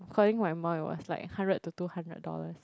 according to my mum it was like hundred to two hundred dollars